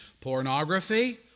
pornography